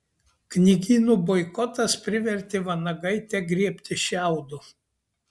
knygynų boikotas privertė vanagaitę griebtis šiaudo